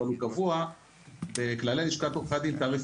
אבל הוא קבוע בכללי לשכת עורכי הדין תעריף